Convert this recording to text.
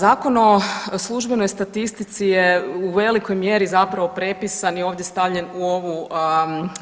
Zakon o službenoj statistici je u velikoj mjeri zapravo prepisan i ovdje stavljen u ovu